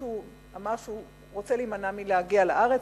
שמישהו אמר שהוא רוצה להימנע מלהגיע לארץ,